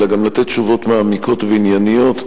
אלא גם לתת תשובות מעמיקות וענייניות.